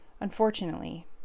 Unfortunately